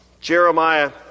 Jeremiah